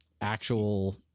actual